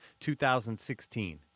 2016